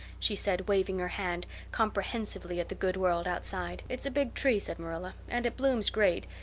she said, waving her hand comprehensively at the good world outside. it's a big tree, said marilla, and it blooms great,